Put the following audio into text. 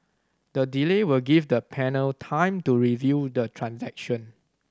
the delay will give the panel time to review the transaction